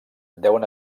deuen